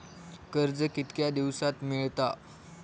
कर्ज कितक्या दिवसात मेळता?